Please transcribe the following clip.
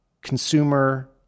consumer